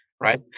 right